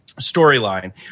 storyline